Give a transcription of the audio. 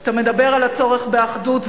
אתה מדבר על הצורך באחדות,